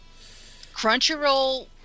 Crunchyroll